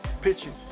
pitching